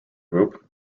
group